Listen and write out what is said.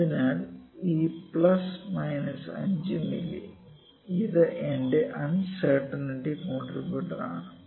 അതിനാൽ ഈ plus minus 5 milli ഇത് എന്റെ അൺ സെര്ടിനിറ്റി കോണ്ട്രിബ്യുട്ടർ ആണ്